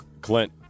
Clint